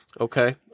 Okay